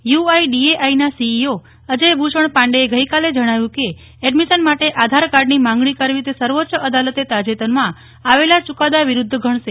UIDAI ના CEO Ajay Bhushan Pandey એ ગઈકાલે જણાવ્યું કે એડમિશન માટે આધાર કાર્ડની માંગણી કરવી તે સર્વોચ્ચ અદાલતે તાજેતરમાં આવેલા ચુકાદા વિરૂધ્ધ ગણશે